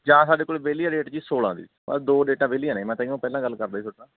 ਜਾਂ ਸਾਡੇ ਕੋਲ ਵਿਹਲੀ ਆ ਡੇਟ ਜੀ ਸੋਲਾਂ ਦੀ ਬਸ ਦੋ ਡੇਟਾਂ ਵਿਹਲੀਆਂ ਨੇ ਮੈਂ ਤਾਂ ਕਿਹਾ ਜੀ ਪਹਿਲਾਂ ਗੱਲ ਕਰ ਲਵਾਂ ਜੀ ਤੁਹਾਡੇ ਨਾਲ